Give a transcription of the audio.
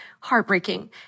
heartbreaking